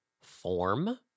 form